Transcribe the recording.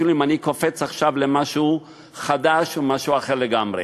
אפילו אם אני קופץ עכשיו למשהו חדש או משהו אחר לגמרי,